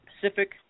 Pacific